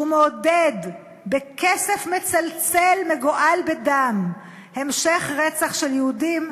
שהוא מעודד בכסף מצלצל מגואל בדם המשך רצח של יהודים,